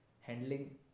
handling